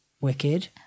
Wicked